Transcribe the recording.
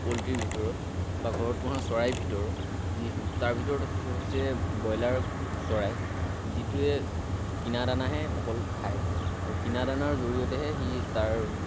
পউলট্ৰিৰ ভিতৰত বা ঘৰত পোহা চৰাইৰ ভিতৰত যি তাৰ ভিতৰত হৈছে ব্ৰইলাৰ চৰাই যিটোৱে কিনা দানাহে অকল খায় আৰু কিনা দানাৰ জৰিয়তেহে সি তাৰ